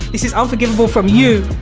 this is unforgivable from you